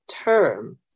term